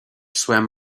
swam